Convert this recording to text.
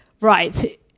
right